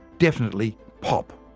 definitely pop.